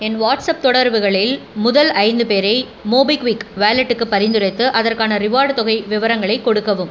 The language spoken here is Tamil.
என் வாட்ஸாப் தொடர்புகளில் முதல் ஐந்து பேரை மோபிக்விக் வாலெட்டுக்குப் பரிந்துரைத்து அதற்கான ரிவார்ட் தொகை விவரங்களை கொடுக்கவும்